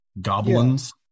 goblins